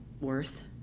worth